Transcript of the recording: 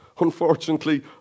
Unfortunately